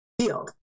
field